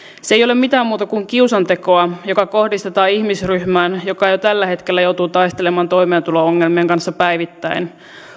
se ei ole mitään muuta kuin kiusantekoa joka kohdistetaan ihmisryhmään joka jo tällä hetkellä joutuu taistelemaan toimeentulo ongelmien kanssa päivittäin